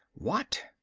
what?